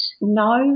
No